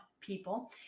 people